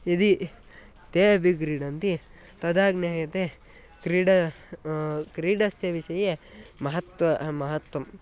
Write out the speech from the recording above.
यदि ते अपि क्रीडन्ति तदा ज्ञायते क्रीडा क्रीडायाः विषये महत्त्वं महत्त्वं